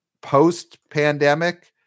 post-pandemic